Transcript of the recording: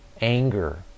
anger